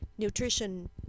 Nutrition